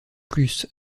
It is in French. plus